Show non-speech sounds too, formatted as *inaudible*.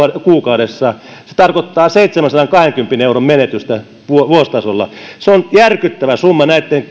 kuukaudessa se tarkoittaa seitsemänsadankahdenkymmenen euron menetystä vuositasolla se on järkyttävä summa näitten *unintelligible*